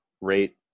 rate